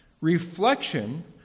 reflection